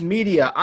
Media